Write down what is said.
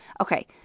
Okay